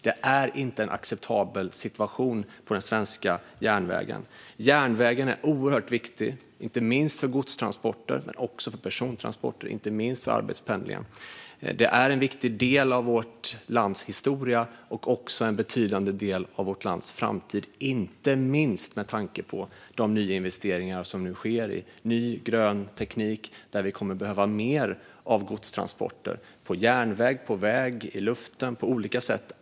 Det är inte en acceptabel situation på den svenska järnvägen. Järnvägen är oerhört viktig, inte minst för godstransporter men också för persontransporter, inte minst arbetspendling. Järnvägen är en viktig del av vårt lands historia och en betydande del av framtiden, särskilt med tanke på nyinvesteringarna som sker i ny, grön teknik, där det kommer att behövas mer godstransporter på järnväg och väg och i luften - på olika sätt.